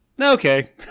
okay